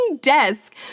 desk